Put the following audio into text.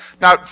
Now